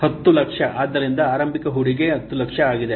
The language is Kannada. ಆದ್ದರಿಂದ ಆರಂಭಿಕ ಹೂಡಿಕೆ 1000000 ಆಗಿದೆ